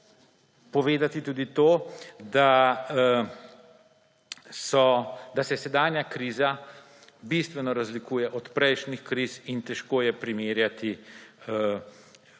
povedati tudi to, da se sedanja kriza bistveno razlikuje od prejšnjih kriz in težko je primerjati tako